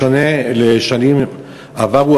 בשונה משנים עברו,